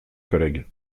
collègues